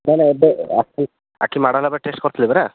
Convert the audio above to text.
ନା ନା ଏବେ ଆଖି ଆଖି ମାଡ଼ ହେଲା ପରେ ଟେଷ୍ଟ୍ କରିଥିଲେ ପରା